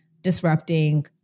disrupting